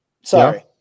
Sorry